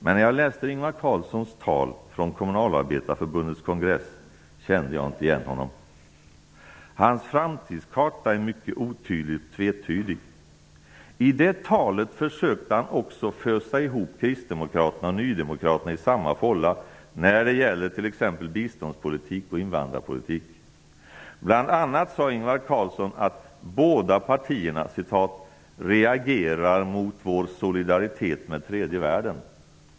Men jag kände inte igen Ingvar Carlsson när jag läste hans tal från Kommunalarbetarförbundets kongress. Hans framtidskarta är mycket otydlig och tvetydig. I det talet försökte han fösa ihop kristdemokraterna och nydemokraterna i samma fålla när det gäller t.ex. bistånds och invandrarpolitiken. Bl.a. sade Ingvar Carlsson att båda partierna ''reagerar mot vår solidaritet med tredje världen''.